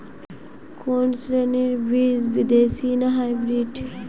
কোন শ্রেণীর বীজ দেশী না হাইব্রিড?